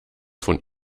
von